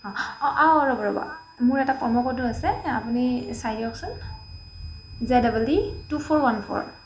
অঁ অঁ অঁ ৰ'ব ৰ'ব মোৰ এটা প্র'ম' ক'ডো আছে আপুনি চাই দিয়কচোন জে double E two four one four